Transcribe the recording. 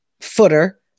footer